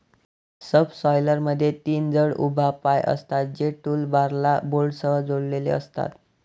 सबसॉयलरमध्ये तीन जड उभ्या पाय असतात, जे टूलबारला बोल्टसह जोडलेले असतात